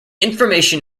information